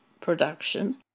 production